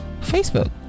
Facebook